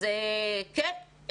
אז כן,